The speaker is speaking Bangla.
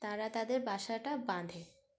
তারা তাদের বাসাটা বাঁধে